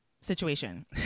situation